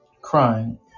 crying